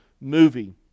movie